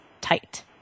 tight